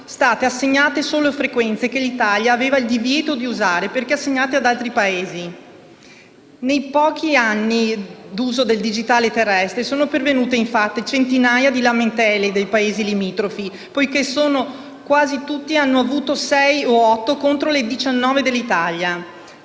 state assegnate solo frequenze che l'Italia aveva il divieto di usare, perché assegnate ad altri Paesi. Nei pochi anni d'uso del digitale terrestre sono pervenute infatti centinaia di lamentele da parte dei Paesi limitrofi, poiché quasi tutti ne hanno avute dalle sei alle otto, contro le diciannove dell'Italia.